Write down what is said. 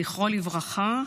זכרו לברכה.